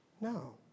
No